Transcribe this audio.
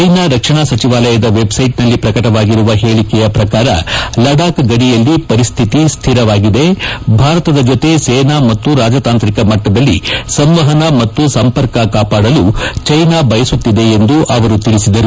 China ರಕ್ಷಣಾ ಸಚಿವಾಲಯದ ವೆಬ್ಸೈಟ್ನಲ್ಲಿ ಪ್ರಕಟವಾಗಿರುವ ಹೇಳಿಕೆಯ ಪ್ರಕಾರ ಲಡಾಖ್ ಗಡಿಯಲ್ಲಿ ಪರಿಸ್ತಿತಿ ಸ್ಥಿರವಾಗಿದೆ ಭಾರತದ ಜೊತೆ ಸೇನಾ ಮತ್ತು ರಾಜತಾಂತ್ರಿಕ ಮಟ್ಟದಲ್ಲಿ ಸಂವಹನ ಮತ್ತು ಸಂಪರ್ಕ ಕಾಪಾಡಲು ಚೀನಾ ಬಯಸುತ್ತಿದೆ ಎಂದು ಅವರು ತಿಳಿಸಿದರು